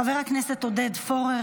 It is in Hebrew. חבר הכנסת עודד פורר,